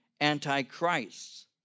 antichrists